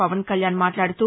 పవన్ కళ్యాణ్ మాట్లాదుతూ